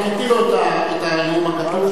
אתה רוצה,